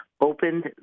opened